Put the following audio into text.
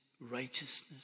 righteousness